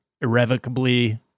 irrevocably